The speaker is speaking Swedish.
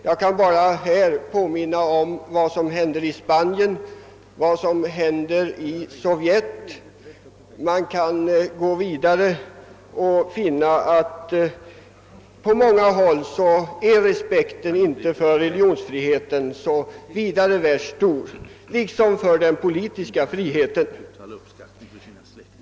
Jag kan bara påminna om vad som händer i Spanien och i Sovjetunionen. Man kan gå vidare och finna att på många håll är inte respekten för religionsfriheten så värst stor liksom inte heller för den politiska friheten.